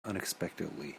unexpectedly